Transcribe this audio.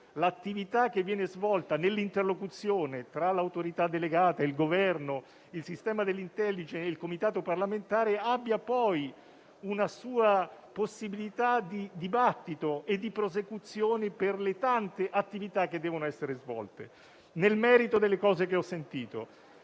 l'attività che viene svolta nell'interlocuzione tra l'Autorità delegata, il Governo, il sistema dell'Intelligence e il Comitato parlamentare abbia poi una sua possibilità di dibattito e di prosecuzione per le tante attività che devono essere svolte. Nel merito delle cose che ho sentito,